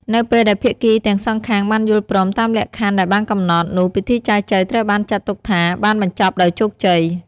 នៅពេលដែលភាគីទាំងសងខាងបានយល់ព្រមតាមលក្ខខណ្ឌដែលបានកំណត់ នោះពិធីចែចូវត្រូវបានចាត់ទុកថាបានបញ្ចប់ដោយជោគជ័យ។